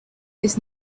his